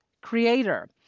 creator